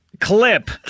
clip